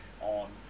on